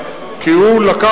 אני אודיע